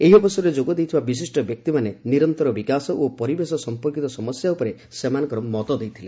ଏହି ଅବସରରେ ଯୋଗ ଦେଇଥିବା ବିଶିଷ୍ଟ ବ୍ୟକ୍ତିମାନେ ନିରନ୍ତର ବିକାଶ ଓ ପରିବେଶ ସମ୍ପର୍କୀତ ସମସ୍ୟା ଉପରେ ସେମାନଙ୍କର ମତ ଦେଇଥିଲେ